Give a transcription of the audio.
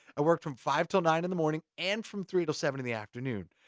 i worked from five til nine in the morning, and from three til seven in the afternoon.